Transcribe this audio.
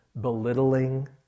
belittling